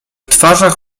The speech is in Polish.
twarzach